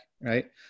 right